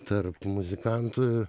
tarp muzikantų